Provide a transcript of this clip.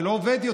זה לא עובד יותר.